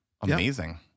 Amazing